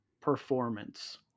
Performance